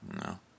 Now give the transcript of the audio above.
No